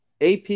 AP